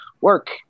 work